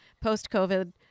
post-COVID